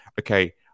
okay